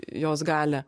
jos galią